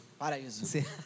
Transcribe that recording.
Paraíso